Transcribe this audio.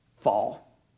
fall